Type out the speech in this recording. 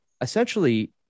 essentially